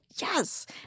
Yes